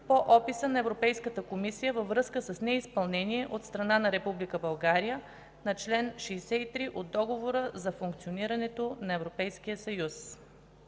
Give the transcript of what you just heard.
по описа на Европейската комисия във връзка с неизпълнение от страна на Република България на чл. 63 от Договора за функционирането на Европейския съюз.